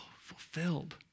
fulfilled